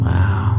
Wow